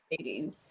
80s